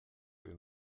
den